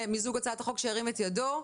ירים את ידו.